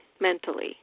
mentally